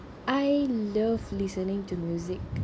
I love listening to music